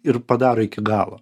ir padaro iki galo